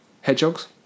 Hedgehogs